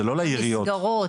למסגרות?